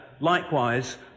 likewise